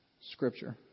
scripture